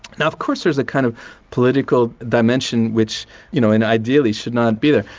now of course there's a kind of political dimension which you know and ideally should not be there.